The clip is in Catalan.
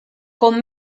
com